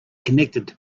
connected